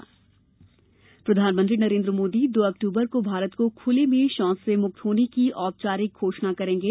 Gujarat PM प्रधानमंत्री नरेन्द्र मोदी दो अक्तूबर को भारत को खुले में शौच से मुक्त होने की औपचारिक रूप से घोषणा करेंगे